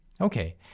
Okay